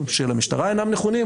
הנתונים של המשטרה אינם נכונים,